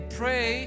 pray